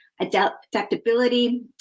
adaptability